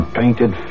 painted